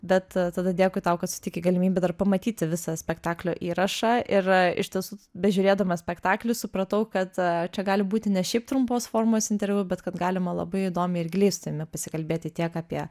bet tada dėkui tau kad suteikei galimybę dar pamatyti visą spektaklio įrašą ir iš tiesų bežiūrėdama spektaklį supratau kad čia gali būti ne šiaip trumpos formos interviu bet kad galima labai įdomiai ir gilai su tavimi pasikalbėti tiek apie